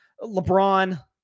LeBron